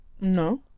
no